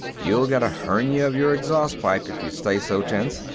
you'll get a hernia of your exhaust pipe if you stay so tense.